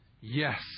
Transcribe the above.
yes